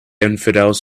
infidels